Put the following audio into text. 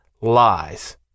lies